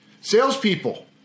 Salespeople